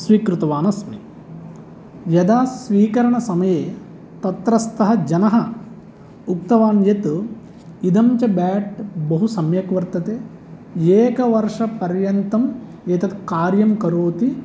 स्वीकृतवान् अस्मि यदा स्वीकरणसमये तत्रस्थः जनः उक्तवान् यत् इदञ्च बेट् बहु सम्यक् वर्तते एकवर्षपर्यन्तम् एतद् कार्यं करोति